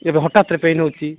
ଏବେ ହଠାତ୍ ପେନ୍ ହେଉଛି